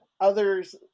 others